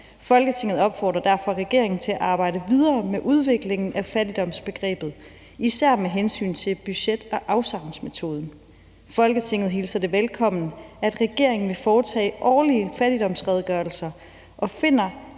Folketinget opfordrer derfor regeringen til at arbejde videre med udviklingen af fattigdomsbegrebet, især med hensyn til budget- og afsavnsmetoden. Folketinget hilser det velkommen, at regeringen vil foretage årlige fattigdomsredegørelser, og finder,